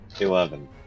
Eleven